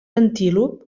antílop